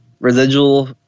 Residual